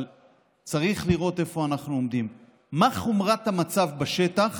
צריך לראות איפה אנחנו עומדים, מה חומרת המצב בשטח